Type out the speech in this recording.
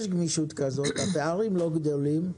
יש גמישות כזאת, הפערים לא גדולים,